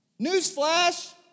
Newsflash